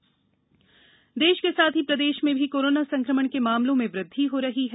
Covid प्रदेश देश के साथ ही प्रदेश में भी कोरोना संकमण के मामलों में वृद्धि हो रही है